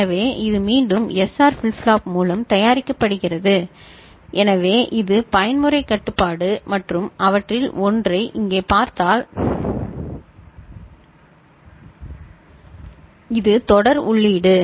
எனவே இது மீண்டும் எஸ்ஆர் ஃபிளிப் ஃப்ளாப் மூலம் தயாரிக்கப்படுகிறது எனவே இது பயன்முறை கட்டுப்பாடு மற்றும் அவற்றில் ஒன்றை இங்கே பார்த்தால் இது தொடர் உள்ளீடு